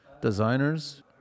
Designers